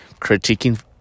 critiquing